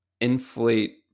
inflate